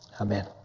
Amen